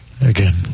again